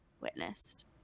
witnessed